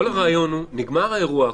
כל הרעיון הוא, נגמר האירוע הקודם,